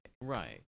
Right